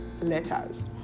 letters